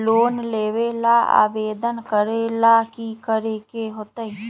Loan लेबे ला आवेदन करे ला कि करे के होतइ?